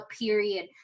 period